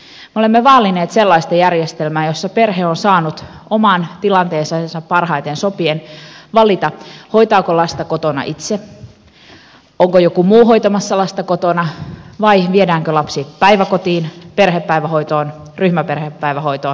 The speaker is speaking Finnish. me olemme vaalineet sellaista järjestelmää jossa perhe on saanut omaan tilanteeseensa parhaiten sopien valita hoitaako lasta kotona itse onko joku muu hoitamassa lasta kotona vai viedäänkö lapsi päiväkotiin perhepäivähoitoon ryhmäperhepäivähoitoon ja niin edelleen